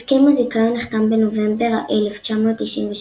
הסכם הזיכיון נחתם בנובמבר 1997,